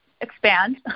expand